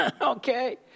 Okay